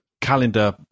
calendar